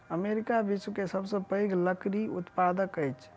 America विश्व के सबसे पैघ लकड़ी उत्पादक अछि